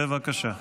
בבקשה.